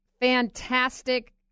fantastic